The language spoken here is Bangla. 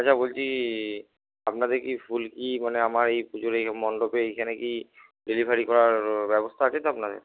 আচ্ছা বলছি আপনাদের কি ফুল কি মানে আমার এই পুজোর এই মণ্ডপে এইখানে কি ডেলিভারি করার ব্যবস্থা আছে তো আপনাদের